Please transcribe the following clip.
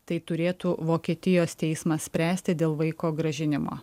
tai turėtų vokietijos teismas spręsti dėl vaiko grąžinimo